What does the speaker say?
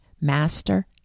master